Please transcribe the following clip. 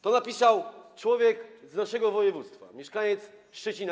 To napisał człowiek z waszego województwa, mieszkaniec Szczecina.